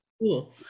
cool